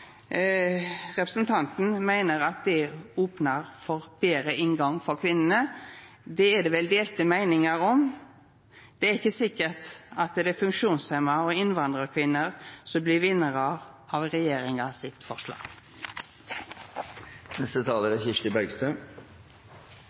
Representanten meiner at det opnar for betre inngang for kvinnene. Det er det vel delte meiningar om. Det er ikkje sikkert at det er funksjonshemma og innvandrarkvinner som blir vinnarar med regjeringa sitt